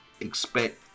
expect